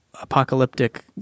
apocalyptic